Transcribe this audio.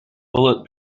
bullet